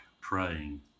praying